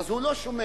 אז הוא לא שומע,